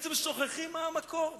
בעצם שוכחים את המקור.